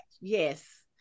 Yes